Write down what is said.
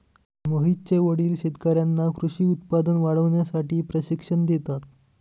मोहितचे वडील शेतकर्यांना कृषी उत्पादन वाढवण्यासाठी प्रशिक्षण देतात